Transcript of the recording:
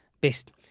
best